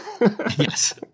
Yes